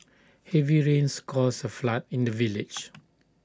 heavy rains caused A flood in the village